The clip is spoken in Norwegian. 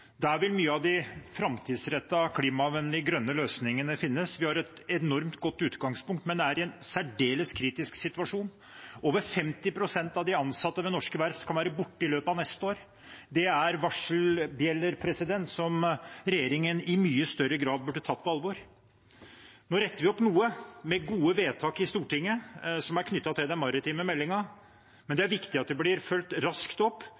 av de framtidsrettede, klimavennlige, grønne løsningene finnes. Vi har et enormt godt utgangspunkt, men er i en særdeles kritisk situasjon. Over 50 pst. av de ansatte ved norske verft kan være borte i løpet av neste år. Det er varselbjeller som regjeringen i mye større grad burde tatt på alvor. Nå retter vi opp noe med gode vedtak i Stortinget som er knyttet til den maritime meldingen, men det er viktig at det blir fulgt raskt opp,